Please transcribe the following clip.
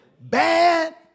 Bad